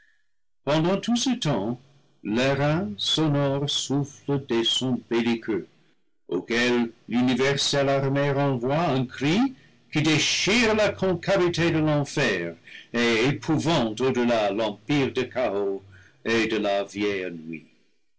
pendant tout ce temps l'airain sonore souffle des sons belliqueux auxquels l'universelle armée renvoie un cri qui déchire la concavité de l'enfer et épouvante au-delà l'empire du chaos et de la vieille nuit